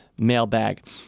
mailbag